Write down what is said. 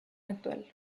actual